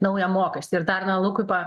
naują mokestį ir dar na lukui pa